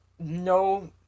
No